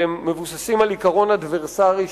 והם מבוססים על עיקרון אדברסרי,